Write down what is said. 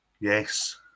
yes